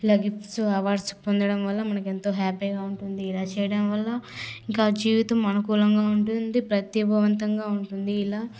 అలాగే అవార్డుసు పొందడం వల్ల మనకెంతో హ్యాపీగా ఉంటుంది ఇలా చేయడం వల్ల ఇంక జీవితం అనుకూలంగా ఉంటుంది ప్రతిభవంతంగా ఉంటుంది ఇలా